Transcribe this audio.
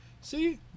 See